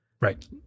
Right